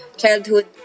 childhood